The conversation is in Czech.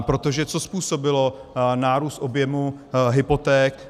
Protože co způsobilo nárůst objemu hypoték?